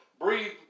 breathe